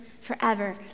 forever